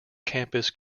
campus